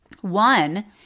One